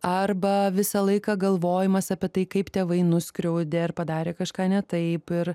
arba visą laiką galvojimas apie tai kaip tėvai nuskriaudė ir padarė kažką ne taip ir